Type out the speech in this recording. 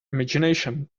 imagination